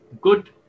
good